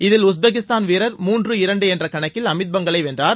இதில் உஸ்பெகிஸ்தான் வீரர் மூன்றுக்கு இரண்டு என்ற கணக்கில் அமித் பங்கலை வென்றார்